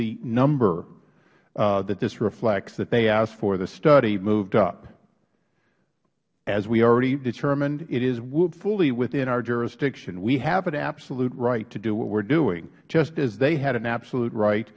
the number that this reflects that they asked for the study moved up as we already determined it is fully within our jurisdiction we have an absolute right to do what we are doing just as they had an absolute right